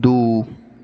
दू